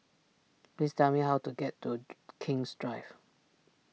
please tell me how to get to King's Drive